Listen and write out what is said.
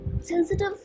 sensitive